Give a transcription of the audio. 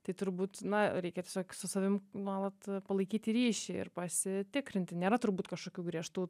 tai turbūt na reikia tiesiog su savim nuolat palaikyti ryšį ir pasitikrinti nėra turbūt kažkokių griežtų